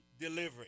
delivery